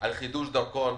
על חידוש דרכון?